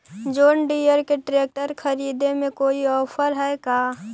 जोन Deere के tractor खरिदे में कोई औफर है का?